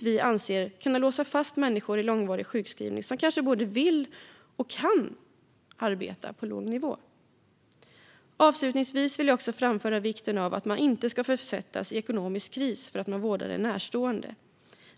Vi anser att det kan låsa fast människor i långvarig sjukskrivning, människor som kanske både vill och kan arbeta på låg nivå. Avslutningsvis vill jag framföra vikten av att man inte ska försättas i ekonomisk kris för att man vårdar en närstående.